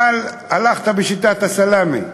אבל הלכת בשיטת הסלאמי.